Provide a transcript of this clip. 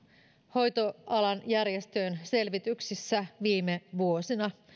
hoitoalan järjestöjen selvityksissä viime vuosina